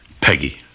Peggy